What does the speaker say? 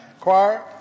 Choir